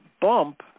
bump